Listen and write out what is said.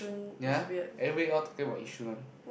ya everybody all talking about Yishun one